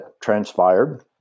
transpired